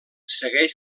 segueix